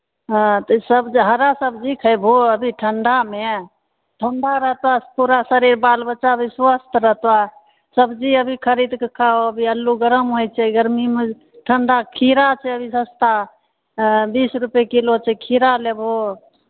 हॅं तऽ ई सब जे हरा सब्जी खैबहो अभी ठंडामे ठंडा रहतऽ पूरा सरीर बाल बच्चा भी स्वस्थ रहतऽ सब्जी अभी खरीद कऽ खाहो अभी अल्लू गरम होइ छै गरमीमे ठंढा खीरा छै अभी सस्ता ऐं बीस रूपए किलो छै खीरा लेबहो